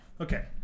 okay